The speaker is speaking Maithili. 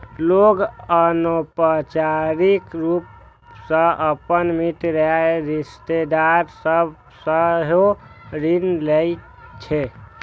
लोग अनौपचारिक रूप सं अपन मित्र या रिश्तेदार सभ सं सेहो ऋण लै छै